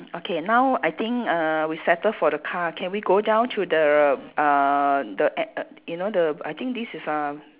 okay now I think uh we settle for the car can we go down to the uh the a~ err you know the I think this is uh